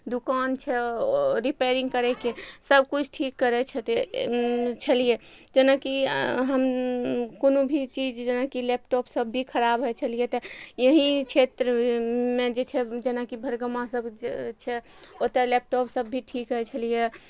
दूकान छै ओ रिपेरिंग करैके सबकिछु ठीक करै छथि जेनाकि हम कोनो भी चीज जेनाकि लैपटॉप सब भी खराब होइ छलियै तऽ यही क्षेत्र मे जे छै जेनाकि भरगमासभ जे छै ओतऽ लैपटॉप सब भी ठीक होइ छलियै